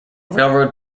railroad